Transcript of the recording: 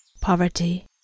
poverty